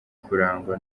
kurangwa